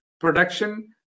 production